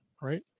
right